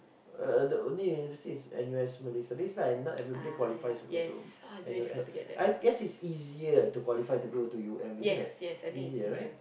uh the only university is N_U_S Malay-Studies lah not everybody qualifies to go to N_U_S I guess it's easier to qualify to go to U_M isn't it easier right